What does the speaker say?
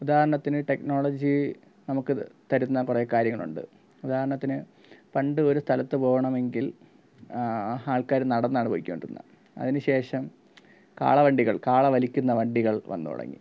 ഉദാഹരണത്തിനു ടെക്നോളജി നമുക്കിതു തരുന്ന കുറേ കാര്യങ്ങളുണ്ട് ഉദാഹരണത്തിന് പണ്ട് ഒരു സ്ഥലത്തു പോകണമെങ്കിൽ ആൾക്കാർ നടന്നാണ് പൊയ്ക്കൊണ്ടിരുന്നത് അതിനുശേഷം കാളവണ്ടികൾ കാള വലിക്കുന്ന വണ്ടികൾ വന്നു തുടങ്ങി